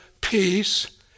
peace